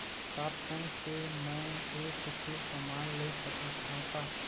का फोन से मै हे कुछु समान ले सकत हाव का?